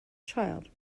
child